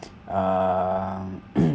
uh